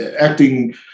acting